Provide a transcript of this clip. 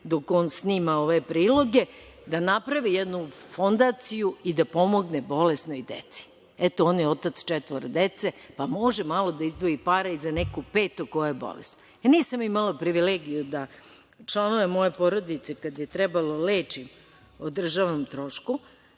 dok on snima ove priloge, da napravi jednu fondaciju i da pomogne bolesnoj deci. Eto, on je otac četvoro dece pa može malo da izdvoji para i za nekog petog koji je bolestan. Nisam imala privilegiju da članove moje porodice, kada je trebalo lečim o državnom trošku,